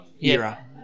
era